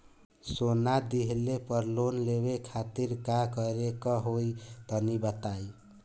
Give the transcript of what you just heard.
सोना दिहले पर लोन लेवे खातिर का करे क होई तनि बताई?